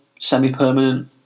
semi-permanent